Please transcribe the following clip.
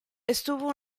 estuvo